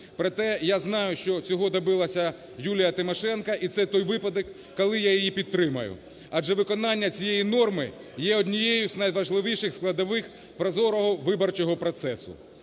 Проте я знаю, що цього добилася Юлія Тимошенко, і це той випадок, коли я її підтримаю, адже виконання цієї норми є однією з найважливіших складових прозорого виборчого процесу.